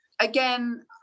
Again